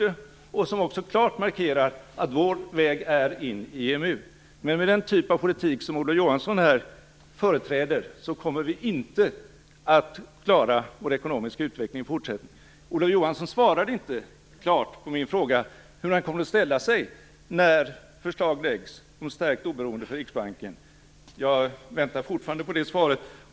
Man markerar också klart att Finlands väg är att gå med i EMU. Men med den typ av politik som Olof Johansson företräder kommer vi inte att klara vår ekonomiska utveckling i fortsättningen. Olof Johansson svarade inte klart på min fråga hur han kommer att ställa sig när förslag läggs fram om stärkt oberoende för Riksbanken. Jag väntar fortfarande på det svaret.